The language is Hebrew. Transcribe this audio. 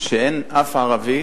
שאין אף ערבי